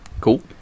Cool